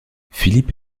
philip